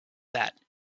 that